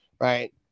Right